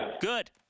Good